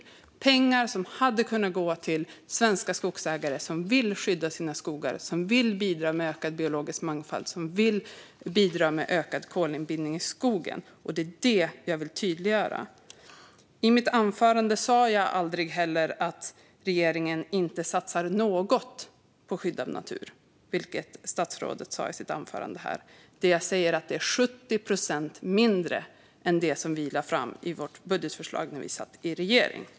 Detta var pengar som hade kunnat gå till svenska skogsägare som vill skydda sina skogar, som vill bidra med ökad biologisk mångfald och som vill bidra med ökad kolinbindning i skogen. Det är detta jag vill tydliggöra. I mitt anförande sa jag aldrig heller att regeringen inte satsar något på skydd av natur, vilket statsrådet sa i sitt anförande. Det jag säger är att det är 70 procent mindre än det som vi lade fram i vårt budgetförslag när vi satt i regering.